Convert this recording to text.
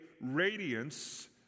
radiance